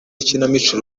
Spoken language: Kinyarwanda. ikinamico